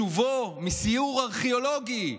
בשובו מסיור ארכיאולוגי,